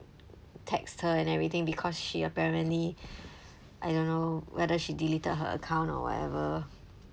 text her and everything because she apparently I don't know whether she deleted her account or whatever